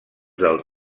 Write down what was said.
del